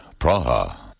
Praha